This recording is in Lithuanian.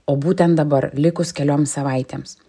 o būtent dabar likus keliom savaitėms